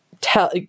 tell